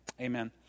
Amen